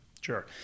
Sure